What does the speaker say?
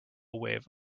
wave